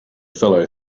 fellow